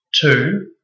Two